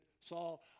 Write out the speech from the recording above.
Saul